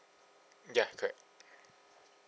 ya correct